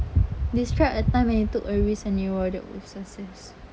describe a time when you took a risk and rewarded with success